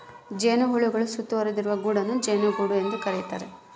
ಜೇನುಹುಳುಗಳು ಸುತ್ತುವರಿದಿರುವ ಗೂಡನ್ನು ಜೇನುಗೂಡು ಎಂದು ಕರೀತಾರ